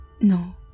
No